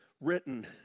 written